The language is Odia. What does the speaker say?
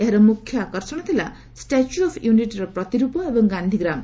ଏହାର ମୁଖ୍ୟ ଆକର୍ଷଣ ଥିଲା ଷ୍ଟାଚ୍ୟୁ ଅଫ ୟୁନିଟ୍ର ପ୍ରତିରୂପ ଏବଂ ଗାନ୍ଧୀଗ୍ରାମ